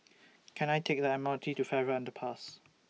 Can I Take The M R T to Farrer Underpass